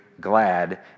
glad